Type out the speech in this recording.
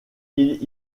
ils